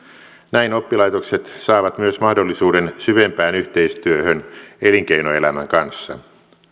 näin oppilaitokset saavat myös mahdollisuuden syvempään yhteistyöhön elinkeinoelämän kanssa